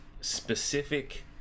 specific